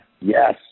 Yes